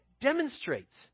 demonstrates